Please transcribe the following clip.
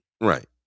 Right